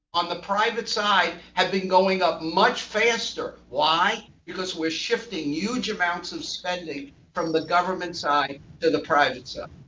on the private side, have been going up much faster. why? because we're shifting huge amounts of spending from the government side to the private side.